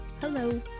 Hello